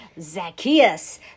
Zacchaeus